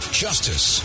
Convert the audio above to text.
justice